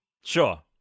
Sure